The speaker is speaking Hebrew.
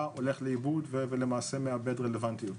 הולך לאיבוד ולמעשה מאבד רלוונטיות.